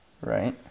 Right